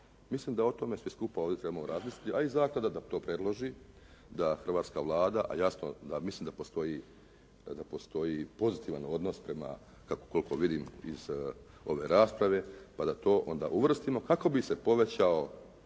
Mislim da o tome svi skupa ovdje trebamo razmisliti, a i zaklada da to predloži da Hrvatska Vlada, a jasno da mislim da postoji pozitivan odnos prema, koliko vidim iz ove rasprave pa da to onda uvrstimo kako bi se povećao